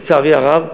לצערי הרב,